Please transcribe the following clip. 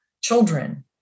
children